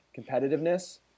competitiveness